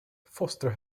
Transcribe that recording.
foster